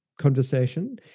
conversation